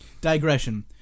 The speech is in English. Digression